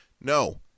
No